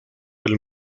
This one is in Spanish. del